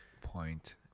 Point